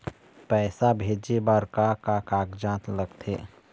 पैसा भेजे बार का का कागजात लगथे?